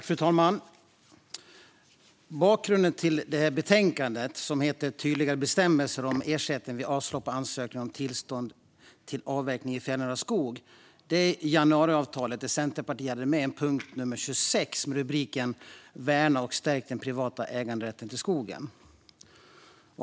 Fru talman! Bakgrunden till detta betänkande, som heter Tydligare bestämmelser om ersättning vid avslag på ansökningar om tillstånd till avverkning i fjällnära skog , är januariavtalet. Där hade Centerpartiet med en punkt nummer 26 med rubriken Värna och stärk den privata äganderätten till skogen.